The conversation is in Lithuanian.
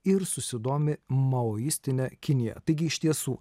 ir susidomi maoistine kinija taigi iš tiesų